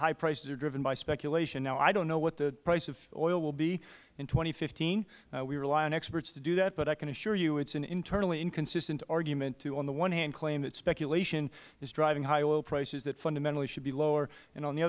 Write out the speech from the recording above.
high prices are driven by speculation now i don't know what the price of oil will be in two thousand and fifteen we rely on experts to do that but i can assure you it is an internally inconsistent argument to on the one hand claim that speculation is driving high oil prices that fundamentally should be lower and on the